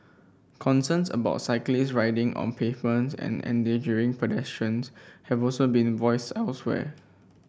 concerns about cyclists riding on pavements and endangering pedestrians have also been voiced elsewhere